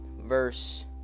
verse